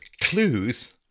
clues